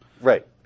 Right